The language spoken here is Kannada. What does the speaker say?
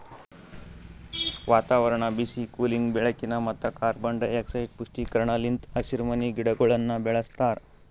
ವಾತಾವರಣ, ಬಿಸಿ, ಕೂಲಿಂಗ್, ಬೆಳಕಿನ ಮತ್ತ ಕಾರ್ಬನ್ ಡೈಆಕ್ಸೈಡ್ ಪುಷ್ಟೀಕರಣ ಲಿಂತ್ ಹಸಿರುಮನಿ ಗಿಡಗೊಳನ್ನ ಬೆಳಸ್ತಾರ